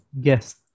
guest